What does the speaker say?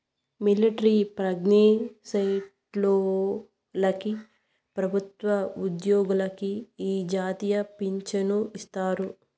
military పన్జేసేటోల్లకి పెబుత్వ ఉజ్జోగులకి ఈ జాతీయ పించను ఇత్తారు